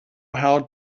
how